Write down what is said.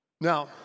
Now